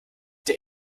der